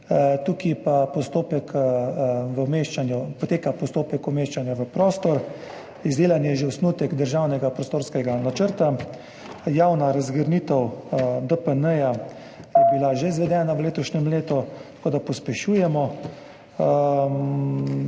tukaj pa poteka postopek umeščanja v prostor. Izdelan je že osnutek državnega prostorskega načrta, javna razgrnitev DPN je bila že izvedena v letošnjem letu, tako da pospešujemo.